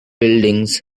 buildings